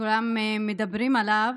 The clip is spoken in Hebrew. שכולם מדברים עליו,